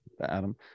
Adam